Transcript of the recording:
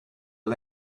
you